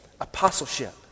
apostleship